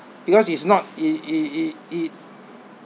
because it's not it it it it